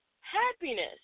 happiness